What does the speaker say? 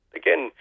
again